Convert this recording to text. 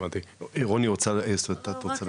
רוני, את רוצה להגיב?